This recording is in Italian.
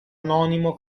anonimo